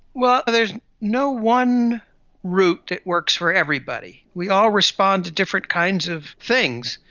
well, there's no one route that works for everybody. we all respond to different kinds of things.